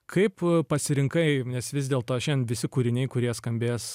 kaip pasirinkai nes vis dėlto šian visi kūriniai kurie skambės